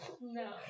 no